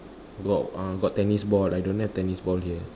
got uh got tennis ball I don't have tennis ball here